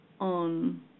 on